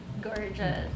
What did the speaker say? Gorgeous